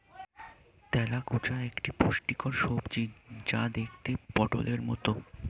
তেলাকুচা একটি পুষ্টিকর সবজি যা দেখতে পটোলের মতো